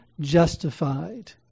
justified